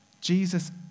Jesus